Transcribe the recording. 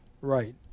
right